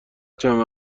چند